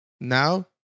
now